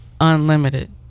Unlimited